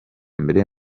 mbere